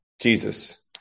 Jesus